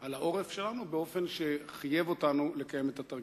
על העורף שלנו באופן שחייב אותנו לקיים את התרגיל.